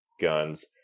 guns